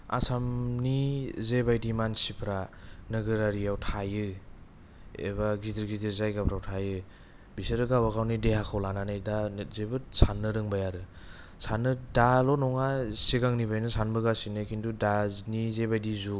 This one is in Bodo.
आसामनि जे बायदि मानसिफोरा नोगोरारियाव थायो एबा गिदिर गिदिर जायगाफोराव थायो बिसोरो गावबा गावनि देहाखौ लानानै दा जोबोद सान्नो रोंबाय आरो सान्नो दाल' नङा सिगांनिफ्रायनो सानबोगासिनो किन्तु दानि जेबायदि जुग